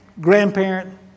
grandparent